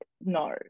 no